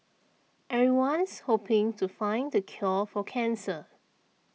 everyone's hoping to find the cure for cancer